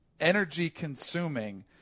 energy-consuming